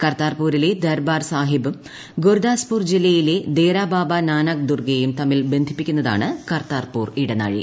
കർത്താപൂരിലെ ദർബാർ സാഹിബ്ഖും ഗുർദാസ്പൂർ ജില്ലയിലെ ദെരാബാബാ നാനാക് ദർഗയും തമ്മിൽ ബന്ധീപ്പിക്കുന്നതാണ് കർത്താർപൂർ ഇടനാഴി